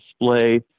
display